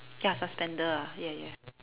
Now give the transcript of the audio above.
ya suspender ah ya ya